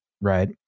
Right